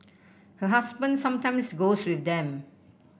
her husband sometimes goes with them